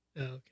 okay